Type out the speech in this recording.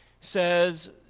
says